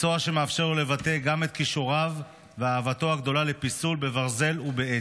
מקצוע שמאפשר לו לבטא גם את כישוריו ואהבתו הגדולה לפיסול בברזל ובעץ.